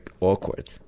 awkward